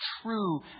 true